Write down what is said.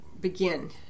begin